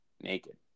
naked